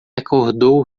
acordou